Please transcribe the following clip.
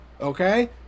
Okay